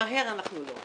מהר אנחנו אף פעם לא.